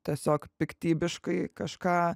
tiesiog piktybiškai kažką